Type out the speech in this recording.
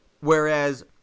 whereas